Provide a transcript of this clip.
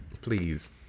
Please